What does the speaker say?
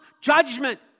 Judgment